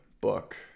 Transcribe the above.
book